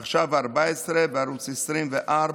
עכשיו 14 וערוץ 24,